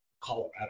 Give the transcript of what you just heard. Colorado